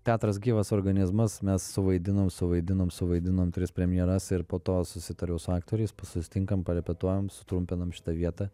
teatras gyvas organizmas mes suvaidinom suvaidinom suvaidinom tris premjeras ir po to susitariau su aktoriais susitinkam parepetuojam sutrumpinam šitą vietą